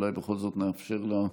אולי בכל זאת נאפשר לה.